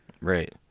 Right